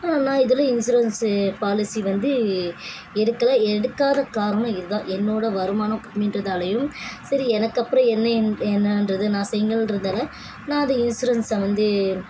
ஆனால் நான் இதில் வரையிலையும் இன்சூரன்ஸு பாலிசி வந்து எடுக்கலை எடுக்காத காரணம் இதுதான் என்னோடய வருமானம் கம்மின்றதாலையும் சரி எனக்கப்புறம் என்ன என்னன்றது நான் சிங்கிள்ன்றதால் நான் அந்த இன்சூரன்ஸ்ஸை வந்து